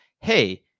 hey